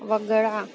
वगळा